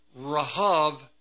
Rahav